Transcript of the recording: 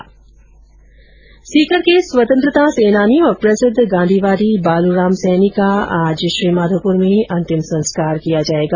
सीकर के स्वतंत्रता सेनानी और प्रसिद्ध गांधीवादी बालू राम सैनी का आज श्रीमाधोपुर में अंतिम संस्कार किया जाएगा